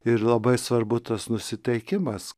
ir labai svarbu tas nusiteikimas